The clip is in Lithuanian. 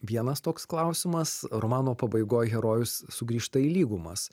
vienas toks klausimas romano pabaigoj herojus sugrįžta į lygumas